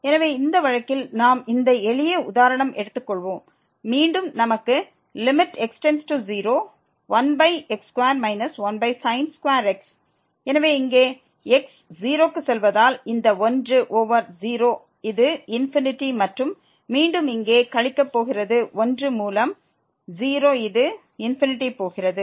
எனவே இந்த வழக்கில் நாம் இந்த எளிய உதாரணத்தை எடுத்து கொள்வோம் மீண்டும் நமக்கு 1x2 1x எனவே இங்கே x 0 க்கு செல்வதால் இந்த 1 ஓவர் 0 இது ∞ மற்றும் மீண்டும் இங்கே கழிக்கப் போகிறது 1 மூலம் 0 இது ∞ போகிறது